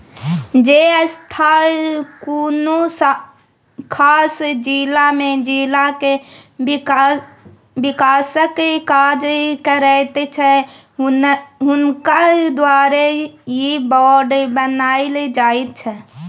जे संस्था कुनु खास जिला में जिला के विकासक काज करैत छै हुनका द्वारे ई बांड बनायल जाइत छै